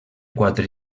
quatre